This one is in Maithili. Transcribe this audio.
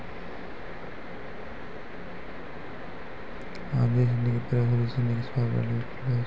आदि केरो प्रयोग सब्जी सिनी क स्वाद बढ़ावै लेलि कयलो जाय छै